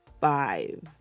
five